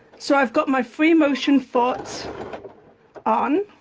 so i've got my free motion foot on